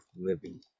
living